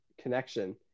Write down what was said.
connection